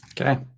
okay